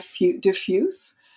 diffuse